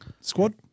squad